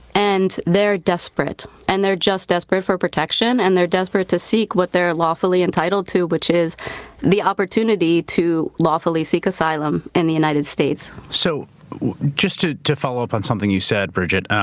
and they're desperate. and they're just desperate for protection and they're desperate to seek what they're lawfully entitled to, which is the opportunity to lawfully seek asylum in and the united states. so just to to follow up on something you said, bridget,